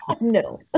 No